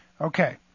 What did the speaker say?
Okay